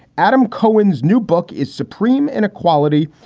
adam cohen's new book is supreme and equality.